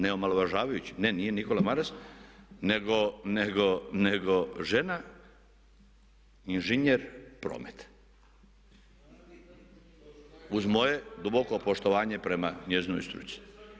Ne omaložavajući, ne nije Nikola Maras nego žena inženjer prometa, uz moje duboko poštovanje prema njezinoj struci.